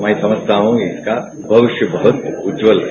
मैं समझता हूं इसका भविष्य बहुत उज्जवल है